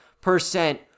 percent